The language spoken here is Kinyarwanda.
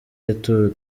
retour